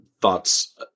thoughts